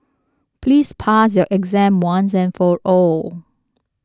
please pass your exam once and for all